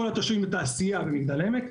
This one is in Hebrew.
כל התושבים בתעשייה במגדל העמק.